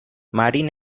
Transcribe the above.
marin